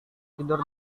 tidur